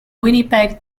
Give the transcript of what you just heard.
winnipeg